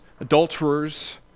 adulterers